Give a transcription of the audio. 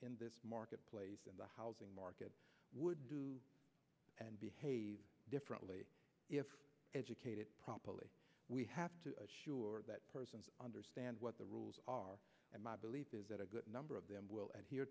in this marketplace in the housing market would do and behave differently if educated properly we have to sure that persons understand what the rules are and my belief is that a good number of them will adhere